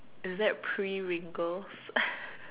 is that pre wrinkles